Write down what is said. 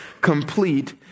complete